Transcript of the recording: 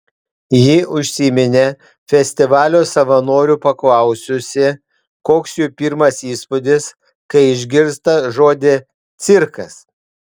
ji užsiminė festivalio savanorių paklausiusi koks jų pirmas įspūdis kai išgirsta žodį cirkas